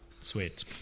Sweet